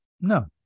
No